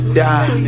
die